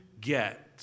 get